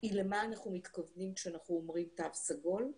היא למה אנחנו מתכוונים כשאנחנו אומרים "תו סגול",